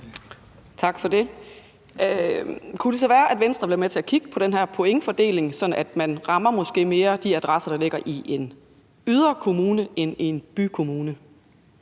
Tak for det. Kunne det så være, at Venstre ville være med til at kigge på den her pointfordeling, sådan at man måske mere rammer de adresser, der ligger i en yderkommune end i en bykommune?